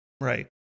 Right